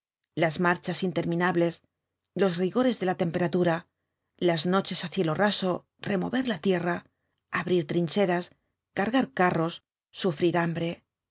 las marchas interminables los rigores de la temperatura las noches á cielo raso remover la tierra abrir trincheras cargar carros sufrir hambre